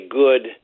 good